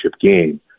game